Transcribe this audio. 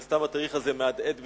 מן הסתם התאריך הזה מהדהד בזיכרונם,